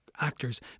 actors